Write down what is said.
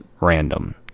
random